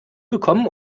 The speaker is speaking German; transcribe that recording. gekommen